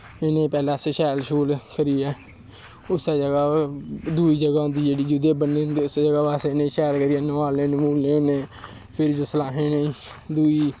सभनें तो पैह्लें शैल शूल करियै दूई ज'गा होंदी जित्थै ब'न्ने दे होंदे उस्सै ज'गा पर अस इ'नें गी नोहालने न्हूलने होन्नें फिर जिसलै अस इ'नें गी दूई